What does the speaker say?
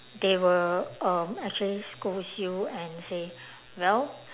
they will um actually scolds you and say well